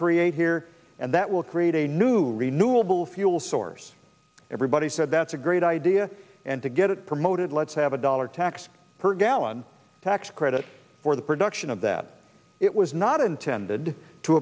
create here and that will create a new renewable fuel source everybody said that's a great idea and to get it promoted let's have a dollar tax per gallon tax credit for the production of that it was not intended to